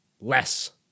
less